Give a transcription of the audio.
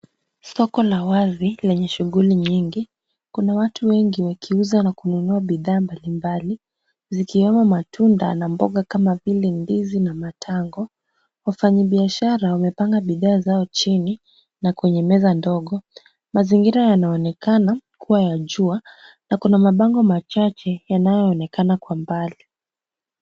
Soko la wazi lenye shughuli nyingi. Kuna watu wengi wakiuza na kununua bidhaa mbalimbali, zikiwemo matunda na mboga kama vile ndizi na matango. Wafanyibiashara wamepanga bidhaa zao chini na kwenye meza ndogo. Mazingira yanaonekana kuwa ya jua na kuna mabango machache yanayoonekana kwa mbali.